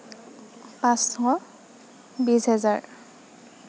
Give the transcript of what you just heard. পাঁচশ বিছ হেজাৰ